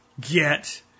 get